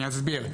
אני אסביר.